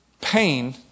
Pain